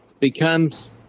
becomes